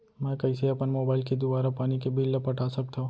मैं कइसे अपन मोबाइल के दुवारा पानी के बिल ल पटा सकथव?